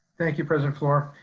thank you, president fluor.